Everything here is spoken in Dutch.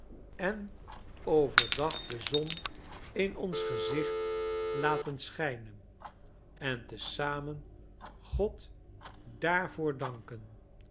en over dag de zon in ons gezicht laten schijnen en te zamen god daarvoor danken